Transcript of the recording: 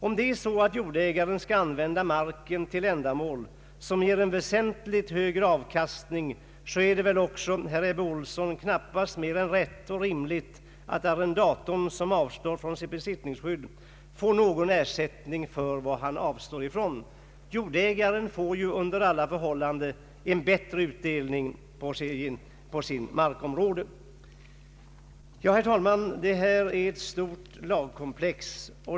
Om jordägaren skall använda marken till ändamål som ger en väsentligt högre avkastning, är det väl — herr Ebbe Ohlsson — knappast mer än rätt och rimligt att arrendatorn, som avstår från sitt besittningsskydd, får någon ersättning för vad han avstår från. Jordägaren får ju under alla förhållanden en bättre utdelning på sitt markområde. Ja, herr talman, detta är ett stort lagkomplex.